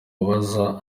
abaza